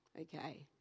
Okay